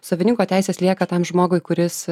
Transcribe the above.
savininko teisės lieka tam žmogui kuris